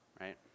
right